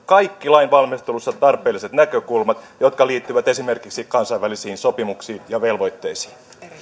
kaikki lainvalmistelussa tarpeelliset näkökulmat jotka liittyvät esimerkiksi kansainvälisiin sopimuksiin ja velvoitteisiin